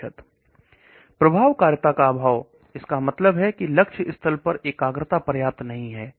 प्रभाविता का अभाव इसका मतलब है कि लक्ष्य स्थल पर एकाग्रता पर्याप्त नहीं है